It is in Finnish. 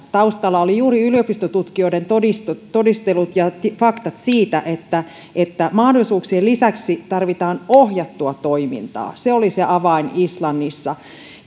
taustalla olivat juuri yliopistotutkijoiden todistelut todistelut ja faktat siitä että että mahdollisuuksien lisäksi tarvitaan ohjattua toimintaa se oli se avain islannissa